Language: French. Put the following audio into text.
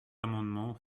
amendement